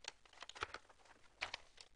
11:55.